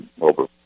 over